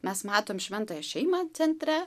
mes matom šventąją šeimą centre